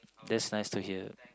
that's nice to hear